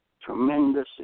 tremendous